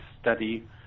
study